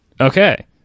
Okay